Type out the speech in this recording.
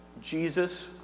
Jesus